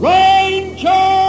Ranger